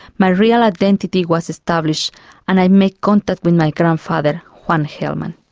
my real identity was established and i made contact with my grandfather, juan gelman.